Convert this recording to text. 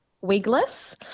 wigless